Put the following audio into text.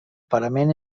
parament